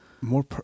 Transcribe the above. more